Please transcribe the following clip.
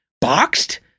boxed